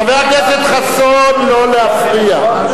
חבר הכנסת חסון, לא להפריע.